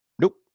Nope